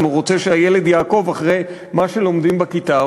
אם הוא רוצה שהילד יעקוב אחרי מה שלומדים בכיתה,